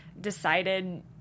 decided